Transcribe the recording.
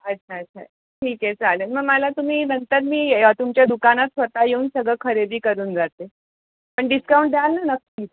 अच्छा अच्छा ठीक आहे चालेल मग मला तुम्ही नंतर मी य तुमच्या दुकानात स्वत येऊन सगळं खरेदी करून जाते पण डिस्काउंट द्याल ना नक्की